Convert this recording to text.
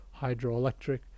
hydroelectric